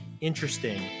interesting